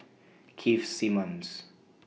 Keith Simmons